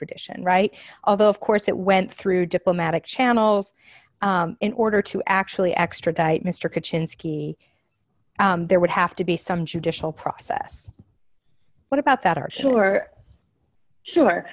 tradition right although of course it went through diplomatic channels in order to actually extradite mr kaczynski there would have to be some judicial process what about that are sure sure